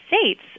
States